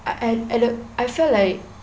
I I I felt like